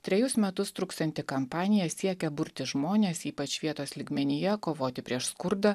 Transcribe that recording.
trejus metus truksianti kampanija siekia burti žmones ypač vietos lygmenyje kovoti prieš skurdą